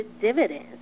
dividends